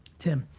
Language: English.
tim.